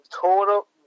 total